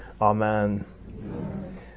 Amen